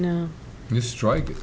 no you strike